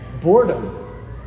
boredom